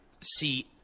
see